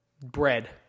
bread